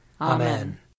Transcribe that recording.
Amen